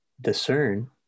discern